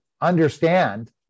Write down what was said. understand